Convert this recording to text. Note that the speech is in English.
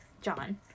John